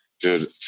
dude